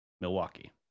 Milwaukee